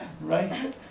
right